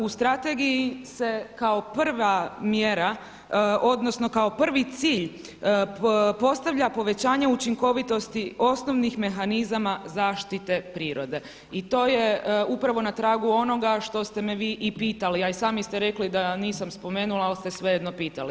U strategiji se kao prva mjera odnosno kao prvi cilj postavlja povećanje učinkovitosti osnovnih mehanizama zaštite prirode i to je upravo na tragu onoga što ste me vi i pitali, a i sami ste rekli da nisam spomenula ali ste svejedno pitali.